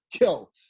yo